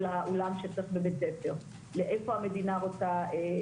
לאיפה המדינה רוצה,